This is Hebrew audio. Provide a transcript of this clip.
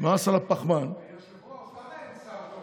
על הפחמן, היושב-ראש, למה אין שר?